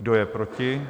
Kdo je proti?